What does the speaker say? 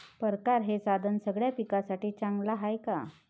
परकारं हे साधन सगळ्या पिकासाठी चांगलं हाये का?